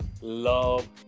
love